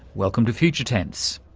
welcome to future tense.